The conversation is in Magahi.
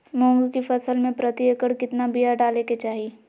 मूंग की फसल में प्रति एकड़ कितना बिया डाले के चाही?